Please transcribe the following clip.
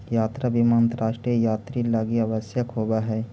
यात्रा बीमा अंतरराष्ट्रीय यात्रि लगी आवश्यक होवऽ हई